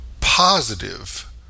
positive